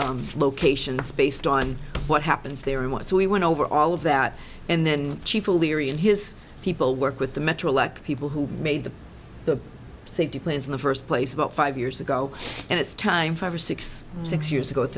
locations based on what happens there and what we went over all of that and then chief will leary and his people work with the metro lek people who made the the safety plans in the first place about five years ago and it's time five or six six years ago at